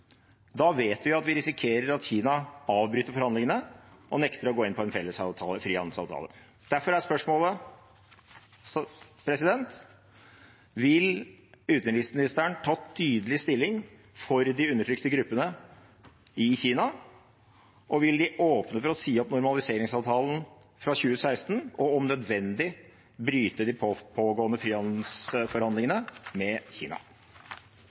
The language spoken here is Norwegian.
da vet vi at vi risikerer at Kina avbryter forhandlingene og nekter å gå inn på en frihandelsavtale. Derfor er spørsmålet: Vil utenriksministeren ta tydelig stilling for de undertrykte gruppene i Kina, og vil man åpne for å si opp normaliseringsavtalen fra 2016 og om nødvendig bryte de pågående frihandelsforhandlingene med Kina? I Hurdalsplattformen er regjeringen tydelig på at vi vil samarbeide med Kina